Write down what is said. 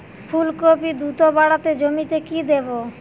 ফুলকপি দ্রুত বাড়াতে জমিতে কি দেবো?